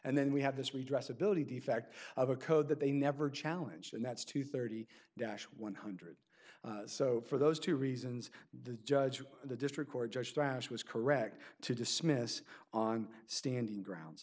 and then we have this redress ability defect of a code that they never challenged and that's two thirty dash one hundred so for those two reasons the judge of the district court judge trash was correct to dismiss on standing grounds